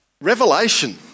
Revelation